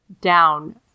down